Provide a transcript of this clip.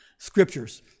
Scriptures